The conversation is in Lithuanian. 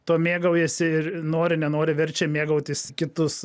tuo mėgaujasi ir nori nenori verčia mėgautis kitus